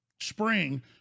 spring